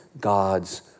God's